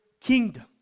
kingdom